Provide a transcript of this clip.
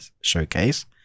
showcase